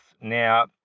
Now